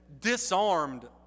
disarmed